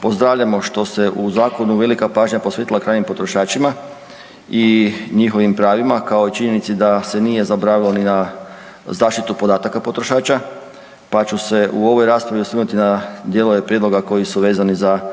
pozdravljamo što se u zakonu velika pažnja posvetila krajnjim potrošačima i njihovim pravima kao činjenici da se nije zaboravilo ni na zaštitu podataka potrošača, pa ću se u ovoj raspravi osvrnuti na dijelove prijedloga koji su vezani za njihova